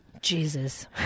Jesus